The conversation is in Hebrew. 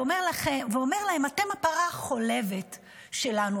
ואומר להם: אתם הפרה החולבת שלנו,